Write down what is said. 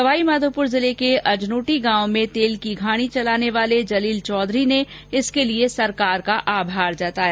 संवाईमाघोपूर जिले के अर्जनोटी गांव में तेल की घाणी चलाने वाले जलील चौधरी ने इसके लिए सरकार का आभार जताया